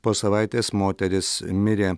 po savaitės moteris mirė